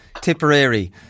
Tipperary